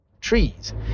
trees